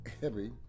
heavy